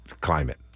climate